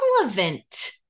relevant